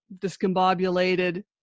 discombobulated